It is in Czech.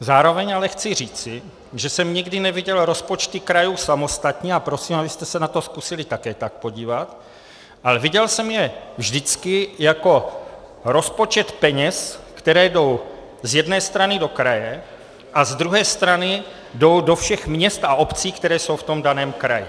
Zároveň ale chci říci, že jsem nikdy neviděl rozpočty krajů samostatně, a prosím, abyste se na to zkusili také tak podívat, ale viděl jsem je vždycky jako rozpočet peněz, které jdou z jedné strany do kraje a z druhé strany jdou do všech měst a obcí, které jsou v tom daném kraji.